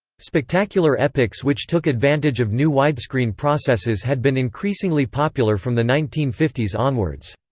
spectacular epics which took advantage of new widescreen processes had been increasingly popular from the nineteen fifty s onwards.